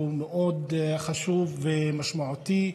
הוא מאוד חשוב ומשמעותי.